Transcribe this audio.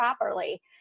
properly